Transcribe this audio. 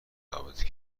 رابطه